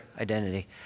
identity